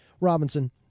Robinson